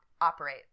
operate